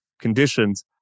conditions